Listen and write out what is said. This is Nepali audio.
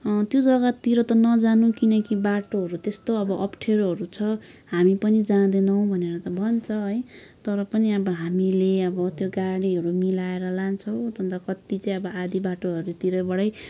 त्यो जग्गातिर नजानु किनकि बाटोहरू त्यस्तो अब अफ्ठ्यारोहरू छ हामी पनि जाँदैनौँ भनेर त भन्छ है तर पनि अब हामीले अब त्यो गाडीहरू मिलाएर लान्छौँ अन्त कति चाहिँ आधि बाटोहरूतिरबाटै